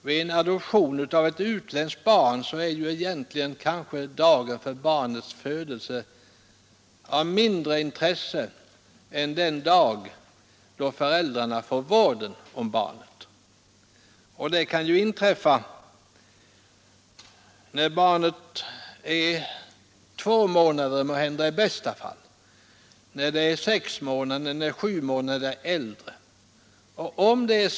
Vid adoption av ett utländskt barn är kanske egentligen dagen för barnets födelse av mindre intresse än den dag då föräldrarna får vården om barnet. Den dagen kan inträffa när barnet är två månader — måhända i bästa fall —, när det är sexmånader, sju månader eller äldre.